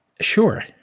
Sure